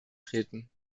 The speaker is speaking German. treten